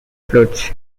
floats